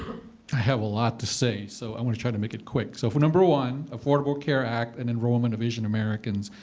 have a lot to say, so i want to try to make it quick. so for number one, affordable care act and enrollment of asian-americans,